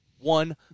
One